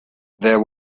there